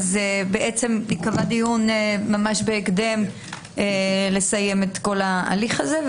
ייקבע דיון ממש בהקדם לסיים את כל ההליך הזה.